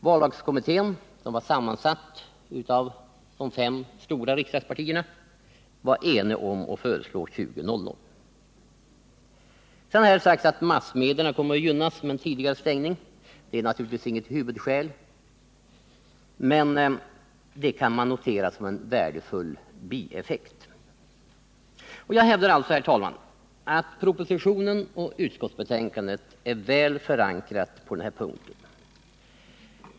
Vallagskommittén, som var sammansatt av de fem stora riksdagspartierna, var enig om att föreslå kl. 20.00. Sedan har det sagts att massmedierna kommer att gynnas av en tidigare stängning. Det är naturligtvis inget huvudskäl, men det kan man notera som en värdefull bieffekt. Jag hävdar alltså, herr talman, att propositionen och utskottsbetänkandet är väl förankrade på denna punkt.